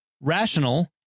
rational